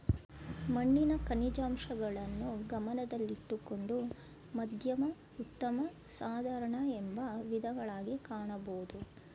ಮಣ್ಣಿನ ಖನಿಜಾಂಶಗಳನ್ನು ಗಮನದಲ್ಲಿಟ್ಟುಕೊಂಡು ಮಧ್ಯಮ ಉತ್ತಮ ಸಾಧಾರಣ ಎಂಬ ವಿಧಗಳಗಿ ಕಾಣಬೋದು